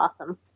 awesome